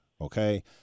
okay